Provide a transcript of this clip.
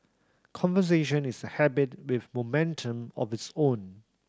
conversation is a habit with momentum of its own